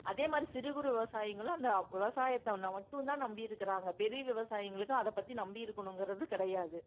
அதேமாதிரி சிறு குறு விவசாயிங்களும் அந்த விவசாயத்தை மட்டுந்தான் நம்பியிருக்கிறாங்க பெரிய விவசாயிங்களுக்கு அதை பற்றி நம்பி இருக்கணுங்கிறது கிடையாது